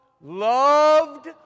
loved